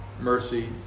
mercy